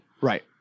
Right